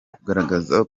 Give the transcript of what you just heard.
kugaragaza